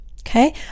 Okay